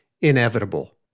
inevitable